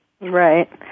Right